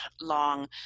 long